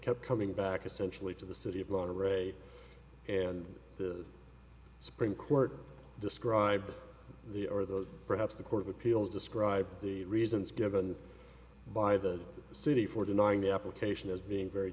kept coming back essentially to the city of law to ray and the supreme court described the or the perhaps the court of appeals described the reasons given by the city for denying the application as being very